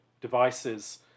devices